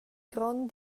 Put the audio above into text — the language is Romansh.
grond